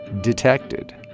Detected